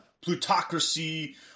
plutocracy